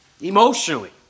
emotionally